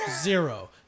Zero